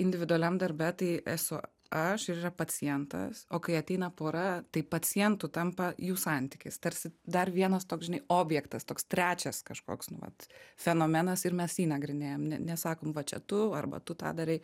individualiam darbe tai esu aš ir yra pacientas o kai ateina pora tai pacientu tampa jų santykis tarsi dar vienas toks žinai objektas toks trečias kažkoks nu vat fenomenas ir mes jį nagrinėjam ne nesakom va čia tu arba tu tą darai